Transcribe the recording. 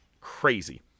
Crazy